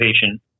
patient